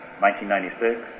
1996